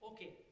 Okay